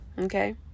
Okay